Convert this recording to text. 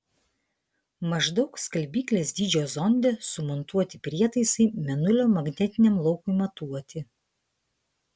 maždaug skalbyklės dydžio zonde sumontuoti prietaisai mėnulio magnetiniam laukui matuoti